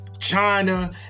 China